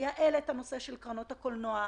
לייעל את הנושא של קרנות הקולנוע,